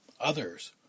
Others